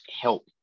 help